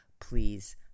please